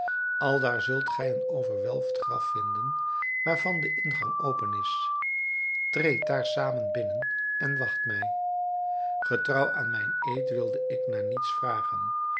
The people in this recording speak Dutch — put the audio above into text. aldaar zult gij een overwelfd graf vinden waarvan de ingang open is treedt daar zamen binnen en wacht mij getrouw aan mijn eed wilde ik naar niets vragen